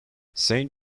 saint